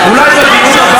בבקשה,